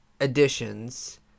additions